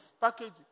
Package